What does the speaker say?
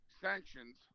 sanctions